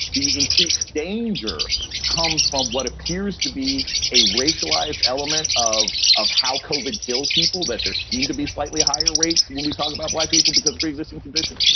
the increased danger comes from what appears to be a racialized element of of how koven kills people, that there seem to be slightly higher rates when we talk about black people because pre-existing conditions,